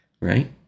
Right